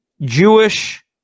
Jewish